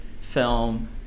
film